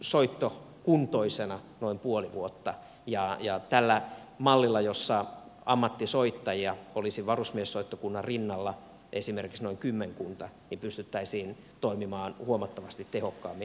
varusmiessoittokunta on soittokuntoisena noin puoli vuotta ja tällä mallilla jossa ammattisoittajia olisi varusmiessoittokunnan rinnalla esimerkiksi noin kymmenkunta pystyttäisiin toimimaan huomattavasti tehokkaammin